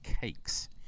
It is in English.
cakes